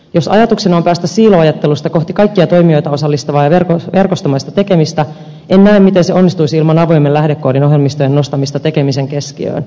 jos ajatuksena on päästä siiloajattelusta kohti kaikkia toimijoita osallistavaa ja verkostomaista tekemistä en näe miten se onnistuisi ilman avoimen lähdekoodin ohjelmistojen nostamista tekemisen keskiöön